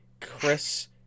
Chris